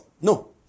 No